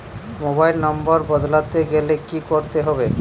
Mobile number বদলাতে গেলে কি করতে হবে?